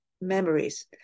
memories